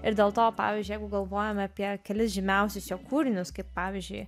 ir dėl to pavyzdžiui jeigu galvojam apie kelis žymiausius jo kūrinius kaip pavyzdžiui